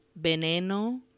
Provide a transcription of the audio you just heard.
veneno